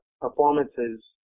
performances